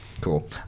Cool